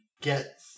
get